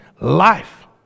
Life